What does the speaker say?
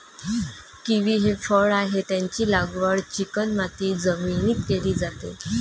kiwi हे फळ आहे, त्याची लागवड चिकणमाती जमिनीत केली जाते